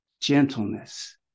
gentleness